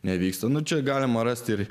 nevyksta čia galima rasti